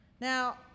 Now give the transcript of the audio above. Now